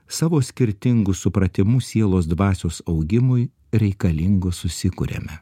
savo skirtingu supratimu sielos dvasios augimui reikalingo susikuriame